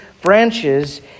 branches